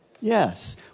Yes